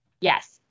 Yes